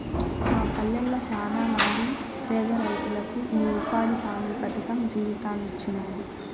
మా పల్లెళ్ళ శానమంది పేదరైతులకు ఈ ఉపాధి హామీ పథకం జీవితాన్నిచ్చినాది